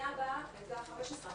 אחר כך הפנייה הבאה הייתה 15 ילדים.